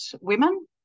women